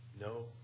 No